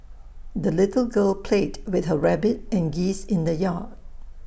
the little girl played with her rabbit and geese in the yard